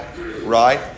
right